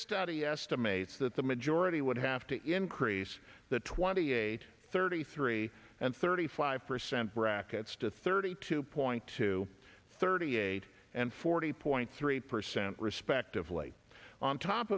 study estimates that the majority would have to increase the twenty eight thirty three and thirty five percent brackets to thirty two point two thirty eight and forty point three percent respectively on top